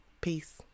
peace